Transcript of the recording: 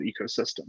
ecosystem